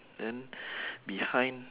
then behind